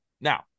Now